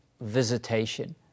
visitation